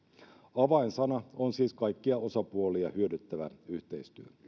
avainsana on siis kaikkia osapuolia hyödyttävä yhteistyö